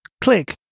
click